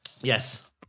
Yes